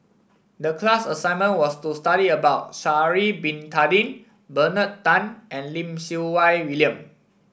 the class assignment was to study about Sha'ari Bin Tadin Bernard Tan and Lim Siew Wai William